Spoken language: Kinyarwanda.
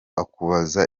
akubaza